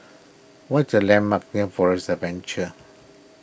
what the landmarks near Forest Adventure